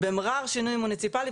במרר שינויים מוניציפליים.